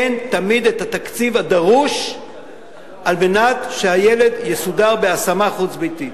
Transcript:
תמיד אין התקציב הדרוש על מנת שהילד יסודר בהשמה חוץ-ביתית.